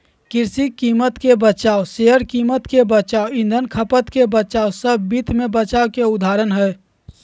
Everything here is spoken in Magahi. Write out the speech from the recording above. कृषि कीमत के बचाव, शेयर कीमत के बचाव, ईंधन खपत के बचाव सब वित्त मे बचाव के उदाहरण हय